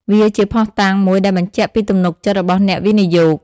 វាជាភស្តុតាងមួយដែលបញ្ជាក់ពីទំនុកចិត្តរបស់អ្នកវិនិយោគ។